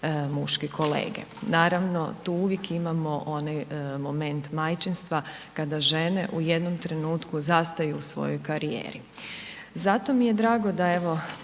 muški kolege. Naravno tu uvijek imamo onaj moment majčinstva kada žene u jednom trenutku zastaju u svojoj karijeri. Zato mi je drago da evo